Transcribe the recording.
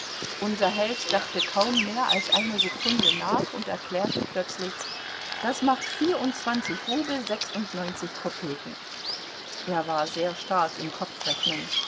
unser held dachte kaum mehr als eine sekunde nach und erklärte plötzlich das macht vierundzwanzig rubel sechsundneunzig kopeken er war sehr stark im